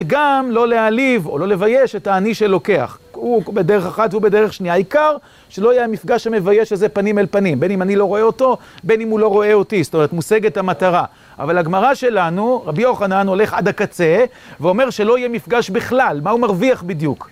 גם לא להעליב או לא לבייש את העני שלוקח, הוא בדרך אחת ובדרך שנייה, העיקר שלא יהיה מפגש שמבייש את זה פנים אל פנים, בין אם אני לא רואה אותו, בין אם הוא לא רואה אותי, זאת אומרת מושגת המטרה. אבל הגמרא שלנו, רבי יוחנן הולך עד הקצה ואומר שלא יהיה מפגש בכלל, מה הוא מרוויח בדיוק?